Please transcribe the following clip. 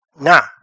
Now